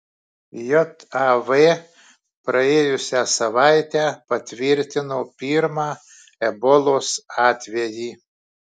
jav praėjusią savaitę patvirtino pirmą ebolos atvejį